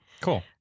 Cool